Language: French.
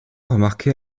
remarquée